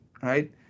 right